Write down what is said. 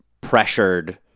pressured